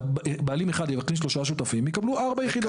בעלים אחד יבקש שלושה שותפים, ויקבלו ארבע יחידות.